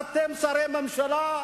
אתם, שרי הממשלה,